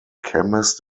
chemist